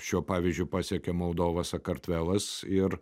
šiuo pavyzdžiu pasekė moldova sakartvelas ir